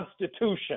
constitution